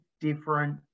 different